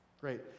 Great